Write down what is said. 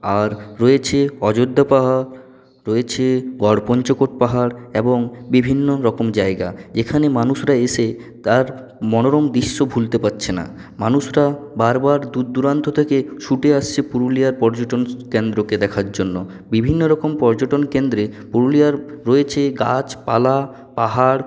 আর রয়েছে অযোধ্যা পাহাড় রয়েছে গড়পঞ্চকোট পাহাড় এবং বিভিন্ন রকম জায়গা এখানে মানুষরা এসে তার মনোরম দৃশ্য ভুলতে পারছে না মানুষরা বারবার দূরদূরান্ত থেকে ছুটে আসছে পুরুলিয়ার পর্যটন কেন্দ্রকে দেখার জন্য বিভিন্ন রকম পর্যটন কেন্দ্রে পুরুলিয়ার রয়েছে গাছ পালা পাহাড়